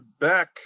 back